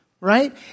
right